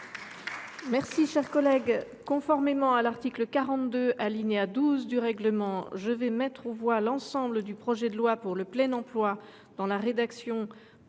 paritaire conclusive. Conformément à l’article 42, alinéa 12, du règlement, je mets aux voix l’ensemble du projet de loi pour le plein emploi dans la rédaction